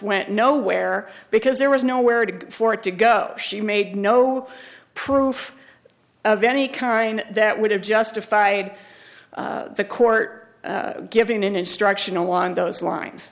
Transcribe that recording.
went nowhere because there was nowhere to go for it to go she made no proof of any kind that would have justified the court giving an instruction along those lines